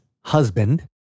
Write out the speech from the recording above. husband